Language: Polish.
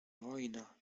wojna